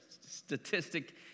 statistic